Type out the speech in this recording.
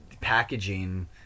packaging